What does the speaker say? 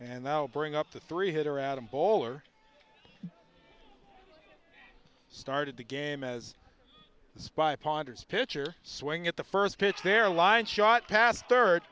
and i'll bring up the three hitter adam baller started the game as this by ponders pitcher swing at the first pitch their line shot past third